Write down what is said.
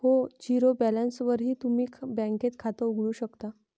हो, झिरो बॅलन्सवरही तुम्ही बँकेत खातं उघडू शकता